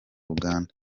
uganda